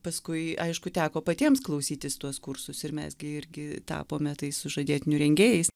paskui aišku teko patiems klausytis tuos kursus ir mes gi irgi tapome tais sužadėtinių rengėjais